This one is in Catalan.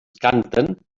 canten